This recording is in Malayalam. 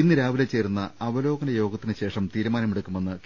ഇന്ന് രാവിലെ ചേരുന്ന അവ ലോകന യോഗത്തിനുശേഷം തീരുമാനമെടുക്കുമെന്ന് കെ